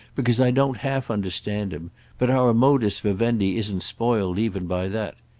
because i don't half-understand him but our modus vivendi isn't spoiled even by that.